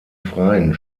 freien